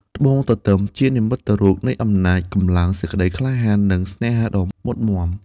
ត្បូងទទឹម ជានិមិត្តរូបនៃ អំណាច កម្លាំង សេចក្ដីក្លាហាន និងស្នេហាដ៏មុតមាំ។